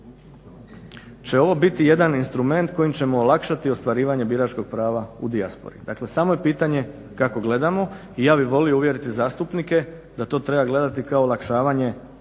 će ovo biti jedan instrument kojim ćemo olakšati ostvarivanje biračkog prava u dijaspori. Dakle samo je pitanje kako gledamo. I ja bih volio uvjeriti zastupike da to treba gledati kao olakšavanje